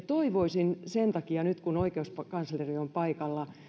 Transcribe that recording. toivoisin sen takia nyt kun oikeuskansleri on paikalla